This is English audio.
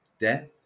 Death